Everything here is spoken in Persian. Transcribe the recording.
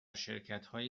شرکتهایی